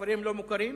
בכפרים לא מוכרים,